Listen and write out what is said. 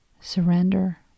surrender